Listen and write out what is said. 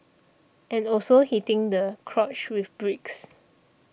and also hitting the crotch with bricks